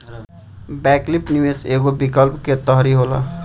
वैकल्पिक निवेश एगो विकल्प के तरही होला